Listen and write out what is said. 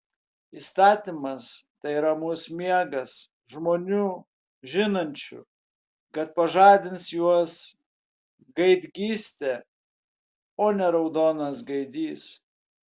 įstatymas tai ramus miegas žmonių žinančių kad pažadins juos gaidgystė o ne raudonas gaidys